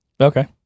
Okay